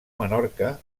menorca